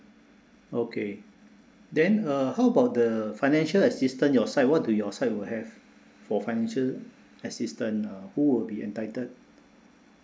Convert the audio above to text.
okay then uh how about the financial assistance your side what doo your side will have for financial assistance uh who will be entitled